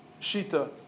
Shita